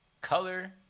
color